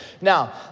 Now